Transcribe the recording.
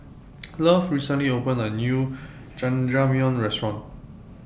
Love recently opened A New Jajangmyeon Restaurant